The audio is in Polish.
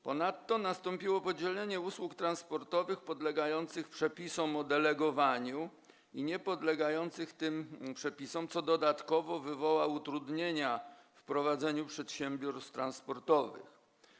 Ponadto nastąpiło podzielenie usług transportowych podlegających przepisom o delegowaniu i niepodlegających tym przepisom, co dodatkowo wywoła utrudnienia w prowadzeniu przedsiębiorstw transportowych.